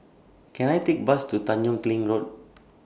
Can I Take Bus to Tanjong Kling Road